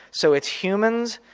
so it's humans,